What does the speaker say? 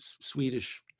Swedish